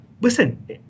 listen